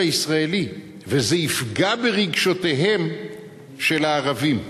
הישראלי וזה יפגע ברגשותיהם של הערבים.